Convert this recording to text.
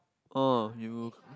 oh you